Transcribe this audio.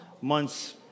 months